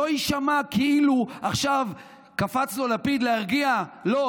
שלא יישמע כאילו עכשיו קפץ לו לפיד להרגיע: לא,